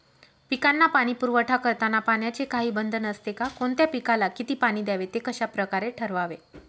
पिकांना पाणी पुरवठा करताना पाण्याचे काही बंधन असते का? कोणत्या पिकाला किती पाणी द्यावे ते कशाप्रकारे ठरवावे?